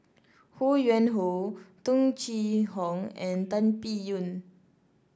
Ho Yuen Hoe Tung Chye Hong and Tan Biyun